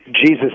Jesus